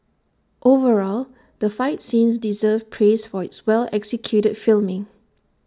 overall the fight scenes deserve praise for its well executed filming